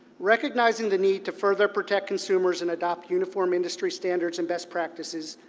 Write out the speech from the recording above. recognizing the need to further protect consumers and adopt uniform industry standards and best practices,